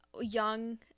young